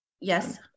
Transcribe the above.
Yes